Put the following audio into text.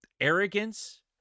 arrogance